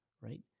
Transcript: right